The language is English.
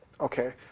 okay